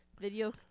video